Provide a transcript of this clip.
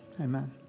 Amen